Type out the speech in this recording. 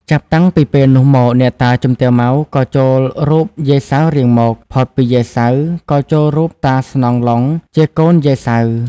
ចាប់តាំងពីពេលនោះមក អ្នកតាជំទាវ ម៉ៅ ក៏ចូលរូបយាយ សៅរ៍រៀងមក ផុតពីយាយ សៅរ៍ ក៏ចូលរូបតា ស្នង ឡុង ជាកូនយាយ សៅរ៍ ។